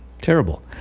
terrible